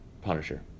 Punisher